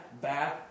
bad